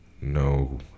No